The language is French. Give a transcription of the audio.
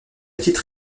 titre